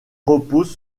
repose